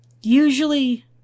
usually